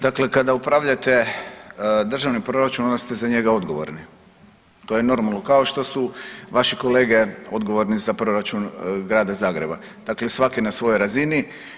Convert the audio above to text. Dakle, kada upravljate državnim proračunom onda ste za njega odgovorni to je normalno kao što su vaši kolege odgovorni za proračun grada Zagreba, dakle svaki na svojoj razini.